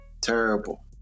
Terrible